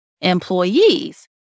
employees